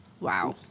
Wow